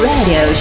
Radio